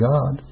God